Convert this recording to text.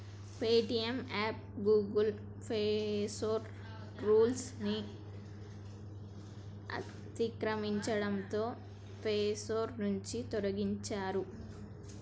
Paytm app Google Play Store rules ని అతిక్రమించడంతో Play Store నుంచి తొలగించారు